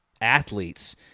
athletes